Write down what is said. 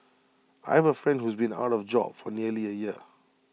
I have A friend who's been out of job for nearly A year